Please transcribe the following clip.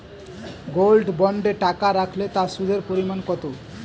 Gold বন্ডে টাকা রাখলে তা সুদের পরিমাণ কত?